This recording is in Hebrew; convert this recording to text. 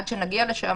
עד שנגיע לשם,